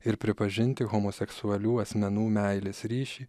ir pripažinti homoseksualių asmenų meilės ryšį